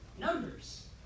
Numbers